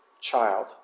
child